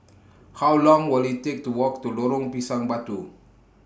How Long Will IT Take to Walk to Lorong Pisang Batu